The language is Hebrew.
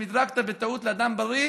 אם הזרקת בטעות לאדם בריא,